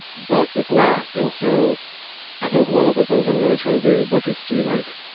but it's not. and so i think one of the things i'm really trying to do the book is see like.